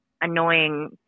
annoying